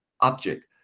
object